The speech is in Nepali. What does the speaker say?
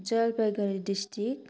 जलपाइगुडी डिस्ट्रिक्ट